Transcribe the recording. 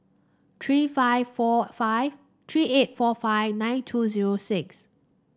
three five four five three eight four five nine two zero six